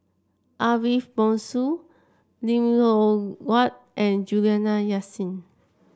Ariff Bongso Lim Loh Huat and Juliana Yasin